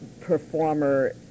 performer